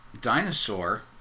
Dinosaur